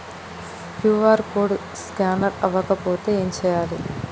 QR code scanner అవ్వకపోతే ఏం చేయాలి?